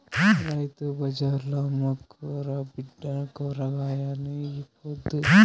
రైతు బజార్ల అమ్ముకురా బిడ్డా కూరగాయల్ని ఈ పొద్దు